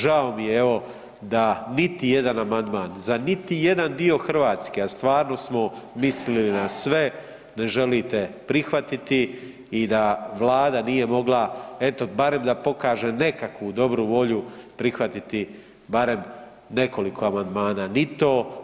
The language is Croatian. Žao mi je evo da niti jedan amandman, za niti jedan dio Hrvatske, a stvarno smo mislili na sve, ne želite prihvatiti i da Vlada nije mogla, eto barem da pokaže nekakvu dobru volju prihvatiti barem nekoliko amandmana, ni to.